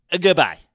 Goodbye